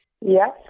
Yes